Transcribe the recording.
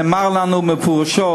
נאמר לנו מפורשות,